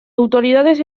autoridades